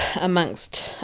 amongst